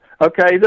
Okay